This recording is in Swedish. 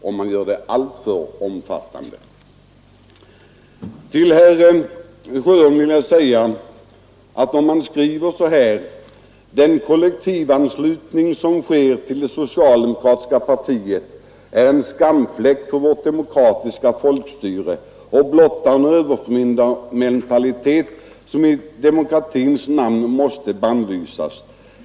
När man vet att den fackliga rörelsen fattar sina beslut år efter år betraktar jag det som en grov nedvärdering av kvaliteten hos de fackligt anslutna att skriva på följande sätt, herr Sjöholm: ”Den kollektivanslutning som sker till det socialdemokratiska partiet via fackförbunden är en skamfläck på vårt demokratiska folkstyre och blottar en överförmyndarmentalitet som i demokratins namn måste bannlysas.